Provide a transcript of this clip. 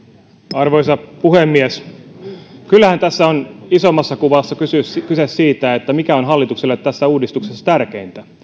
arvoisa puhemies kyllähän tässä on isommassa kuvassa kyse kyse siitä mikä on hallitukselle tässä uudistuksessa tärkeintä